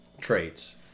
traits